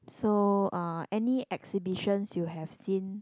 so uh any exhibitions you have seen